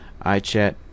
iChat